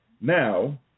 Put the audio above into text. Now